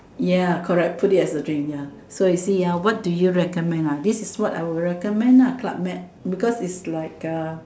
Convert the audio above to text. ya correct put it as a drink ya so you see ah what do you recommend ah this is what I would recommend ah club med because is like a